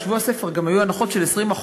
בשבוע הספר גם היו הנחות של 20%,